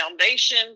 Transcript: foundation